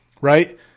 Right